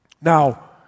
Now